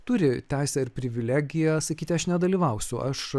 turi teisę ir privilegiją sakyti aš nedalyvausiu aš